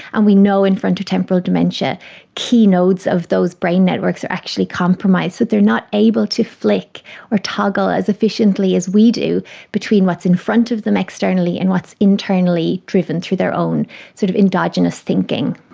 and we know in frontotemporal dementia key notes of those brain networks are actually compromised, so but they're not able to flick or toggle as efficiently as we do between what's in front of them externally and what's internally driven through their own sort of endogenous thinking.